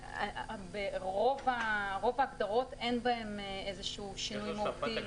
רוב ההגדרות, אין בהן איזשהו שינוי מהותי.